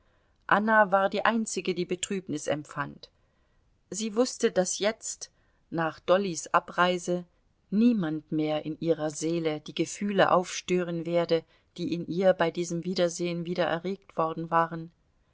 anna war die einzige die betrübnis empfand sie wußte daß jetzt nach dollys abreise niemand mehr in ihrer seele die gefühle aufstören werde die in ihr bei diesem wiedersehen wie der erregt worden waren